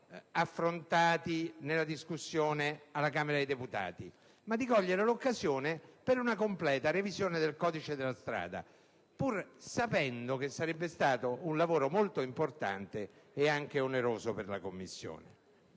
punti affrontati nella discussione presso la Camera dei deputati, ma a cogliere anche l'occasione per una completa revisione del codice della strada, pur sapendo che sarebbe stato un lavoro molto importante ed oneroso per la Commissione.